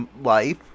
life